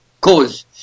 cause